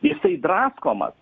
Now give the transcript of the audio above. jisai draskomas